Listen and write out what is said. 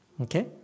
Okay